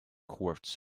courts